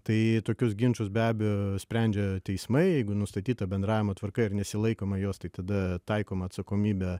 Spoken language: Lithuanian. tai tokius ginčus be abejo sprendžia teismai jeigu nustatyta bendravimo tvarka ir nesilaikoma jos tai tada taikoma atsakomybė